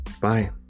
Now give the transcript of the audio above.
Bye